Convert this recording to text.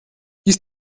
ist